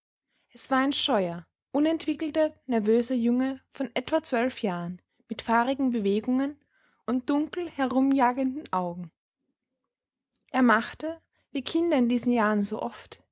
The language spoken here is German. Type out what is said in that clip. es war ein scheuer unentwickelter nervöser junge von etwa zwölf jahren mit fahrigen bewegungen und dunkel herumjagenden augen er machte wie kinder in diesen jahren so oft